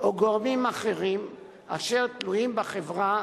או גורמים אחרים אשר תלויים בחברה,